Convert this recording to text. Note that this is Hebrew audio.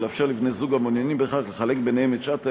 ולאפשר לבני-זוג המעוניינים בכך לחלק ביניהם את שעת ההיעדרות,